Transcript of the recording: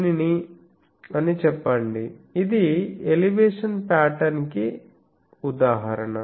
దీనిని అని చెప్పండి ఇది ఎలివేషన్ పాటర్న్ కి ఉదాహరణ